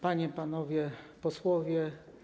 Panie i Panowie Posłowie!